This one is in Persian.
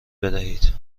بدهید